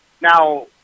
Now